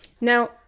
Now